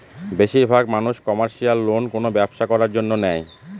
বেশির ভাগ মানুষ কমার্শিয়াল লোন কোনো ব্যবসা করার জন্য নেয়